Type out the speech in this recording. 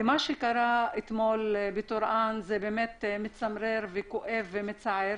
לגבי מה שקרה אתמול בטורעאן זה באמת מצמרר כואב ומצער.